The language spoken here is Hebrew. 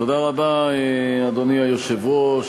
אדוני היושב-ראש,